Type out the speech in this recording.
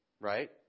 right